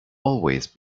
always